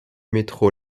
métro